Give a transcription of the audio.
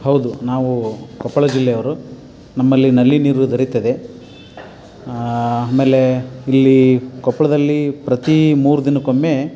ಹೌದು ನಾವು ಕೊಪ್ಪಳ ಜಿಲ್ಲೆಯವರು ನಮ್ಮಲ್ಲಿ ನಲ್ಲಿ ನೀರು ದೊರೆಯುತ್ತದೆ ಆಮೇಲೆ ಇಲ್ಲಿ ಕೊಪ್ಪಳದಲ್ಲಿ ಪ್ರತಿ ಮೂರು ದಿನಕ್ಕೊಮ್ಮೆ